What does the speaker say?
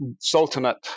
Sultanate